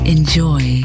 Enjoy